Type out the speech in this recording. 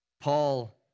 Paul